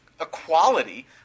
equality